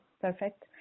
perfect